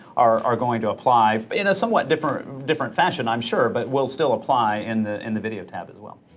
are going to apply. in a somewhat different different fashion, i'm sure, but will still apply in the in the video tab as well.